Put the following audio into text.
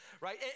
right